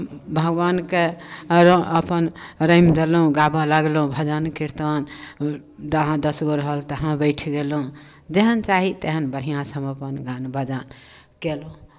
भगवानके र् अपन रमि गयलहुँ गाबय लगलहुँ भजन कीर्तन जहाँ दस गो रहल तहाँ बैठ गयलहुँ जेहन चाही तेहन बढ़िआँसँ हम अपन गान बजान कयलहुँ